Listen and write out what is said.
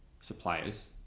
suppliers